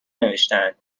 نوشتهاند